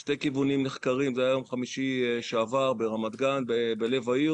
זה קרה ביום חמישי שעבר, בלב העיר